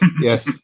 yes